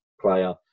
player